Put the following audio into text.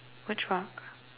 which rock